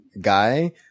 guy